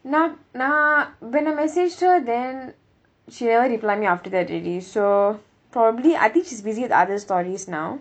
நா~ நான்:na~ naan when I messaged her then she never reply me after that already so probably I think she's busy with other stories now